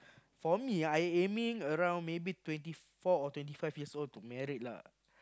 for me I aiming around maybe twenty four or twenty five years old to married lah